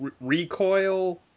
recoil